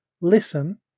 listen